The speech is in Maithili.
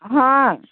हाँ